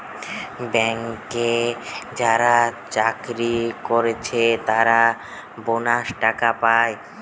ব্যাংকে যারা চাকরি কোরছে তারা বোনাস টাকা পায়